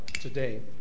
today